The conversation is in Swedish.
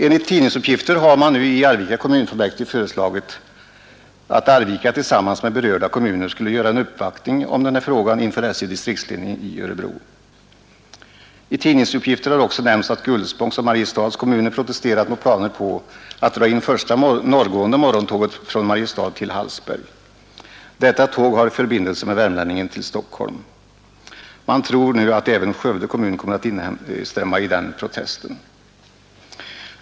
Enligt tidningsuppgifter har man i Arvika kommunfullmäktige föreslagit att Arvika tillsammans med berörda kommuner skulle göra en uppvaktning i den här frågan inför SJ:s distriktsledning i Örebro. I tidningsuppgifter har också nämnts att Gullspångs och Mariestads kommuner har protesterat mot planer på att dra in första norrgående morgontåget från Mariestad till Hallsberg. Detta tåg har förbindelse med Värmlänningen till Stockholm. Man tror nu att även Skövde kommun kommer att instämma i protesten.